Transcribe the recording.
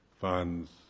funds